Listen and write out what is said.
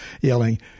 yelling